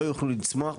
לא יוכלו לצמוח.